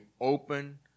open